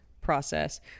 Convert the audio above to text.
process